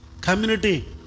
community